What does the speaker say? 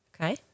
Okay